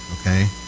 okay